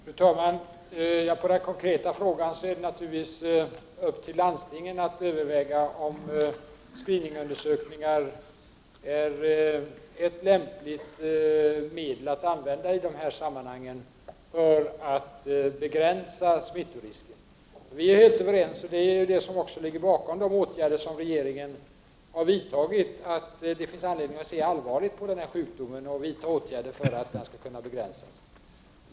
Fru talman! På den konkreta frågan är svaret att det naturligtvis är upp till landstingen att överväga om screeningundersökningar är ett lämpligt medel att använda i dessa sammanhang för att begränsa smittorisken. Vi är helt överens — vilket också ligger bakom de åtgärder som regeringen har vidtagit — om att det finns anledning att se allvarligt på denna sjukdom och vidta åtgärder för att den skall kunna begränsas.